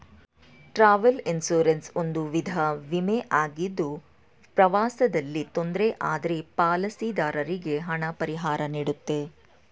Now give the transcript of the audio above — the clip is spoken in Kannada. ಟ್ರಾವೆಲ್ ಇನ್ಸೂರೆನ್ಸ್ ಒಂದು ವಿಧ ವಿಮೆ ಆಗಿದ್ದು ಪ್ರವಾಸದಲ್ಲಿ ತೊಂದ್ರೆ ಆದ್ರೆ ಪಾಲಿಸಿದಾರರಿಗೆ ಹಣ ಪರಿಹಾರನೀಡುತ್ತೆ